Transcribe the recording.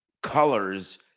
Colors